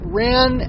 ran